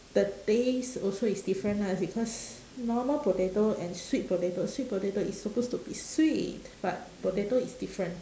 the taste also is different ah because normal potato and sweet potato sweet potato is supposed to be sweet but potato is different